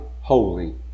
holy